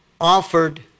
offered